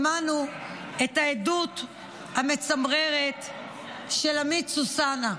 שמענו את העדות המצמררת של עמית סוסנה,